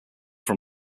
from